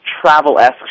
travel-esque